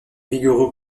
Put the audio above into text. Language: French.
vigoureux